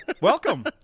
Welcome